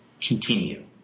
continue